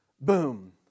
boom